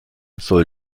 soll